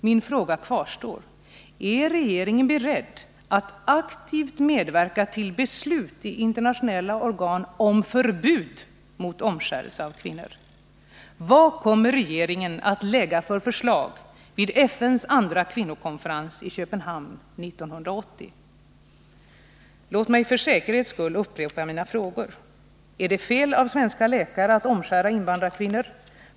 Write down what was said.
Min fråga kvarstår: Är regeringen beredd att aktivt medverka till beslut i internationella organ om förbud mot omskärelse av kvinnor? Vad kommer regeringen att lägga fram för förslag vid FN:s andra kvinnokonferens i Köpenhamn 1980? Låt mig för säkerhets skull upprepa mina frågor: Är det fel av svenska 153 läkare att omskära invandrarkvinnor?